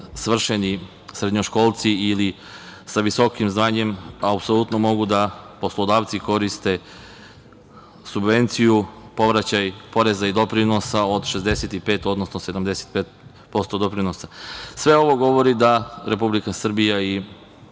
svršeni srednjoškolci ili sa visokim znanjem, apsolutno mogu poslodavci da koriste subvenciju, povraćaj poreza i doprinosa od 65, odnosno 75% doprinosa. Sve ovo govori da Republika Srbija i